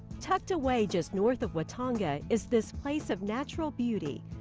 tucked away just north of watonga is this place of natural beauty.